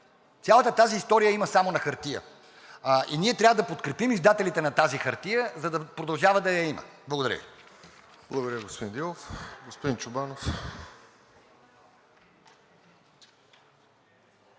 Цялата тази история я има само на хартия и ние трябва да подкрепим издателите на тази хартия, за да продължава да я има. Благодаря Ви. ПРЕДСЕДАТЕЛ РОСЕН ЖЕЛЯЗКОВ: Благодаря, господин Дилов. Господин Чобанов.